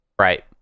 right